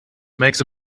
makes